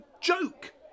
joke